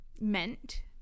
meant